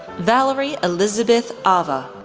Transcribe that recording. valerie elizabeth avva,